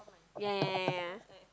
ya ya ya ya